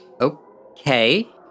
Okay